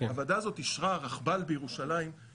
הוועדה הזאת אישרה רכבל בירושלים.